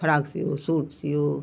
frock सियो suit सियो